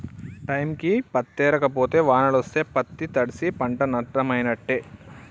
టైంకి పత్తేరక పోతే వానలొస్తే పత్తి తడ్సి పంట నట్టమైనట్టే